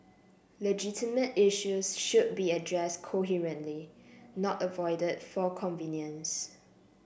legitimate issues should be addressed coherently not avoided for convenience